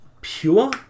pure